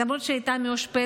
למרות שהייתה מאושפזת